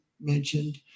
mentioned